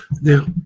Now